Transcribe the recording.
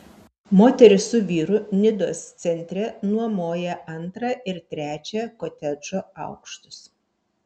moteris su vyru nidos centre nuomoja antrą ir trečią kotedžo aukštus